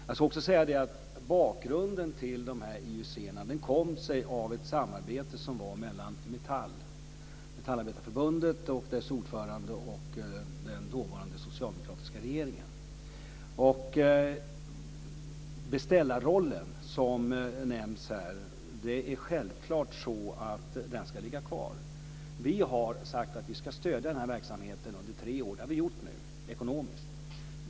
Jag ska också säga att bakgrunden till dessa IUC kom sig av ett samarbete mellan Metallarbetareförbundet och dess ordförande och den dåvarande socialdemokratiska regeringen. Beställarrollen som nämns här ska självklart ligga kvar. Vi har sagt att vi ska stödja den här verksamheten ekonomiskt under tre år. Det har vi gjort nu.